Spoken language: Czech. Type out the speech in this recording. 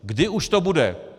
Když už to bude?